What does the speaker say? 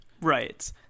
Right